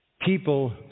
people